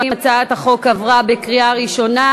התשע"ה 2014,